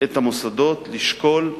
את המוסדות לשקול,